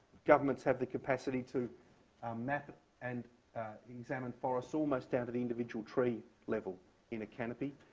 governments have the capacity to map and examine forests almost down to the individual tree level in a canopy.